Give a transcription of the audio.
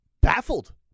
baffled